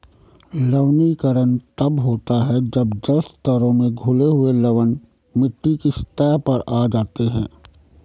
लवणीकरण तब होता है जब जल स्तरों में घुले हुए लवण मिट्टी की सतह पर आ जाते है